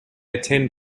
attend